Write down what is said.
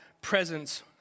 presence